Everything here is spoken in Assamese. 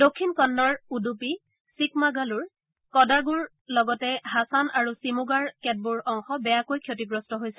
দক্ষিণ কন্নড় উডুপী চিক্মাগালুৰ কডাগুৰ লগতে হাছান আৰু ছিমোগাৰ কেতবোৰ অংশ বেয়াকৈ ক্ষতিগ্ৰস্ত হৈছে